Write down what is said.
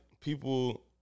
people